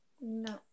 No